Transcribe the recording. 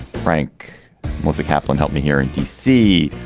frank kaplan helped me here in d c.